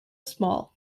small